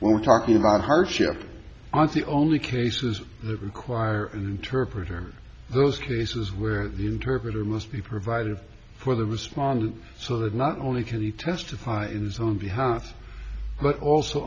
when we're talking about hardship are the only cases that require an interpreter those cases where the interpreter must be provided for the respondent so that not only can he testify in his own behalf but also